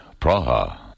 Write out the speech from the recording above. Praha